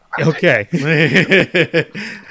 Okay